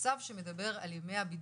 הצו שמדבר על הבידוד,